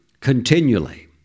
continually